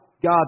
God